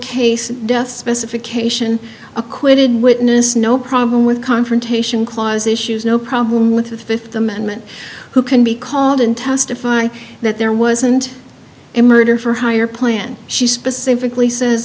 case a death specification acquitted witness no problem with confrontation clause issues no problem with the fifth amendment who can be called and testify that there wasn't a murder for hire plan she specifically says